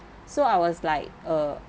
so I was like uh